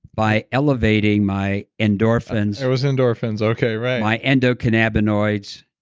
by elevating my endorphins, it was endorphins, okay, right, my endocannabinoids,